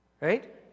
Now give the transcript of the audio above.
Right